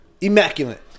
Immaculate